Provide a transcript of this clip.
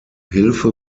hilfe